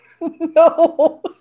No